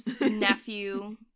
nephew